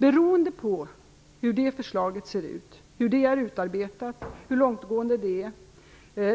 När jag vet hur det förslaget ser ut, hur det är utarbetat, hur långtgående det är